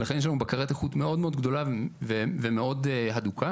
לכן יש לנו בקרת איכות מאוד מאוד גדולה ומאוד הדוקה.